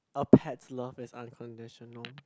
a pet love is unconditional